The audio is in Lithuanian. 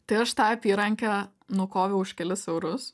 tai aš tą apyrankę nukoviau už kelis eurus